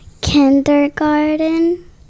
Kindergarten